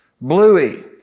Bluey